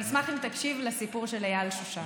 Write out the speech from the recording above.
ואני אשמח אם תקשיב לסיפור של אייל שושן.